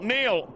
Neil